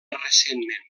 recentment